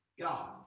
God